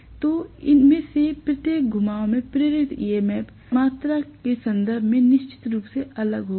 तो इनमें से प्रत्येक घुमाव में प्रेरित EMF मात्रा के संदर्भ में निश्चित रूप से अलग होगा